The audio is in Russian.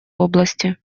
области